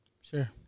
Sure